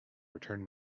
return